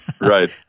Right